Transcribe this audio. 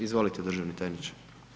Izvolite državni tajniče.